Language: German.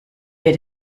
wir